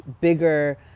bigger